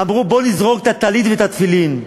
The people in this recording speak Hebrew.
אמרו, בואו נזרוק את הטלית ואת התפילין,